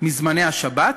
מזמני השבת